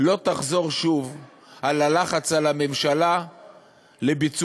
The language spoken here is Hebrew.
לא תחזור שוב על הלחץ על הממשלה לביצוע